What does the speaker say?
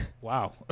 Wow